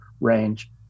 range